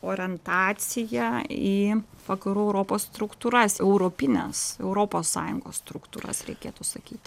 orientacija į vakarų europos struktūras europines europos sąjungos struktūras reikėtų sakyti